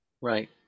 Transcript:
Right